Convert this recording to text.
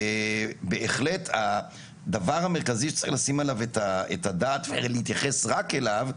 בהחלט הדבר המרכזי שצריך לשים עליו את הדעת ולהתייחס רק אליו,